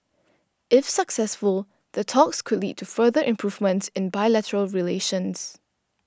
if successful the talks could lead to further improvements in bilateral relations